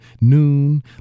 noon